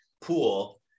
pool